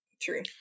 True